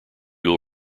will